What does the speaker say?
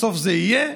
בסוף זה יהיה,